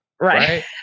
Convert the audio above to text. right